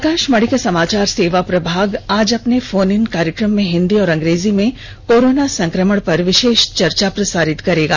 आकाशवाणी का समाचार सेवा प्रभाग आज अपने फोन इन कार्यक्रम में हिन्दी और अंग्रेजी में कोरोना संक्रमण पर विशेष चर्चा प्रसारित करेगा